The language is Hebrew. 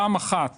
פעם אחת